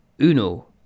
Uno